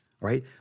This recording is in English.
right